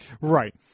Right